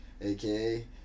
aka